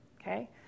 okay